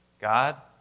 God